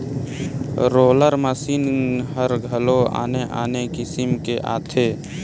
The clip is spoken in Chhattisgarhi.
रोलर मसीन हर घलो आने आने किसम के आथे